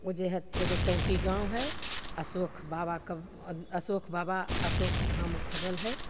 ओ जे हइ एगो चौकी गाम हइ अशोक बाबाके अशोक बाबा अशोक धाम उखड़ल हइ